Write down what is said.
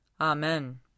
Amen